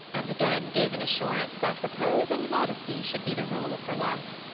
and again gave an assurance that repose and modesty should be the rule of her life.